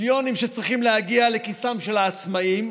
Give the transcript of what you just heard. מיליונים שצריכים להגיע לכיסם של העצמאים,